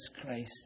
Christ